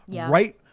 Right